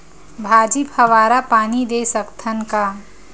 भाजी फवारा पानी दे सकथन का?